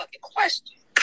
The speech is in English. question